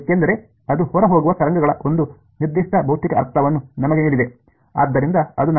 ಏಕೆಂದರೆ ಅದು ಹೊರಹೋಗುವ ತರಂಗಗಳ ಒಂದು ನಿರ್ದಿಷ್ಟ ಭೌತಿಕ ಅರ್ಥವನ್ನು ನಮಗೆ ನೀಡಿದೆ ಆದ್ದರಿಂದ ಅದು ನಮ್ಮಲ್ಲಿದೆ